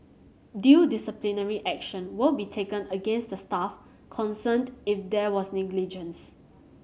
due disciplinary action will be taken against the staff concerned if there was negligence